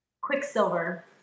Quicksilver